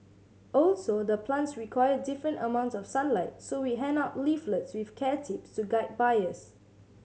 also the plants require different amounts of sunlight so we hand out leaflets with care tips to guide buyers